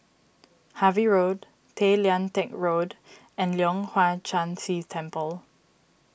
Harvey Road Tay Lian Teck Road and Leong Hwa Chan Si Temple